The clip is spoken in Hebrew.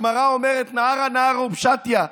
הגמרא אומרת "נהרא נהרא ופשטיה".